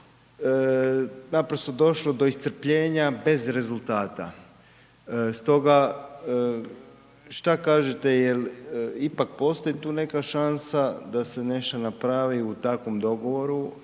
naprosto došlo do iscrpljenja bez rezultata. Stoga šta kažete je li ipak postoji tu neka šansa da se nešto napravi u takvom dogovoru